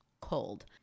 cold